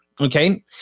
Okay